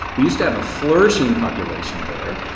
we used to have a flourishing population there.